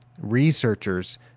researchers